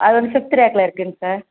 அது வந்து சிக்ஸ்த்து ரேக்கில் இருக்குங்க சார்